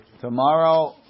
tomorrow